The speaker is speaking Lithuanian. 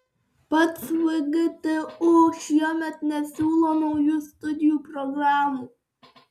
pats vgtu šiemet nesiūlo naujų studijų programų